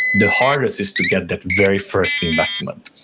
the hardest is to get that very first investment,